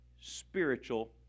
spiritual